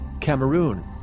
Cameroon